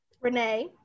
Renee